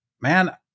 man